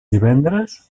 divendres